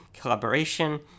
collaboration